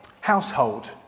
household